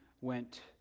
went